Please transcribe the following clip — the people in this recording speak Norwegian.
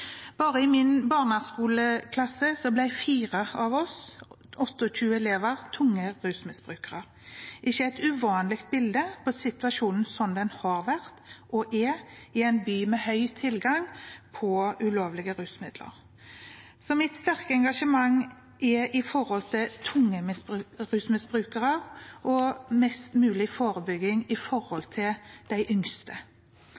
Bare fra min barneskoleklasse ble fire av oss, 28 elever, tunge rusmisbrukere, ikke et uvanlig bilde på situasjonen som den har vært og er i en by med stor tilgang på ulovlige rusmidler. Mitt største engasjement er for «tunge» rusmisbrukere og mest mulig forebygging